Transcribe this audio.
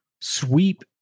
Sweep